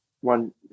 one